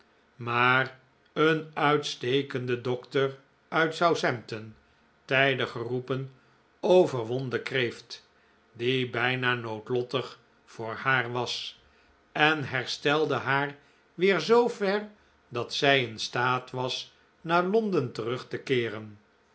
maar een uitstekende dokter uit southampton tijdig geroepen overwon den kreeft die bijna noodlottig voor haar was en herstelde haar weer zoo ver dat zij in staat was naar londen terug te keeren